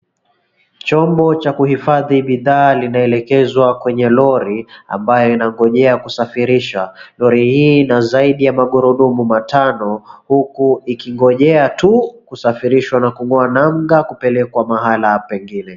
Chombo cha kuhifadhi bidhaa linaelekezwa kwenye lori ambayo inangojea kusafirishwa. Lori hii ina zaidi ya magurudumu matano huku ikingojea tu kusafirishwa na kung'oa nanga kupelekwa mahali pengine.